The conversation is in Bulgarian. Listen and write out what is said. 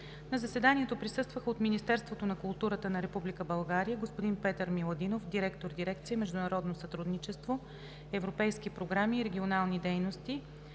На заседанието присъстваха от Министерството на културата на Република България: господин Петър Миладинов – директор на дирекция „Международно сътрудничество, европейски програми и регионални дейности“,